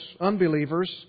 unbelievers